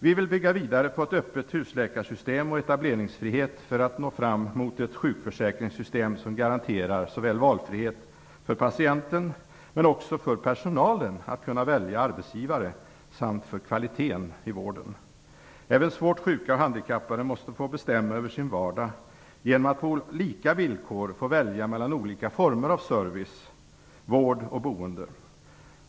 Vi vill bygga vidare på ett öppet husläkarsystem och etableringsfrihet för att nå fram till ett sjukförsäkringssystem som garanterar valfrihet för patienten men också för personalen när det gäller att välja arbetsgivare, samt för kvaliteten i vården. Även svårt sjuka och handikappade måste få bestämma över sin vardag genom att på lika villkor få välja mellan olika former av service, vård och boende.